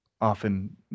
often